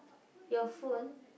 your phone